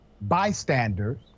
bystanders